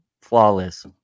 flawless